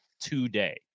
today